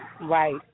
Right